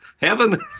heaven